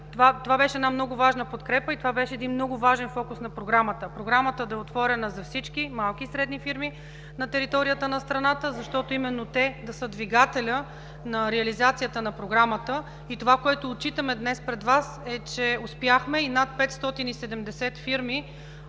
Това беше много важна подкрепа и много важен фокус на Програмата. Програмата е отворена за всички малки и средни фирми на територията на страната, защото именно те са двигателят на реализацията на Програмата. Днес отчитаме пред Вас, че успяхме – над 570